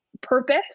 purpose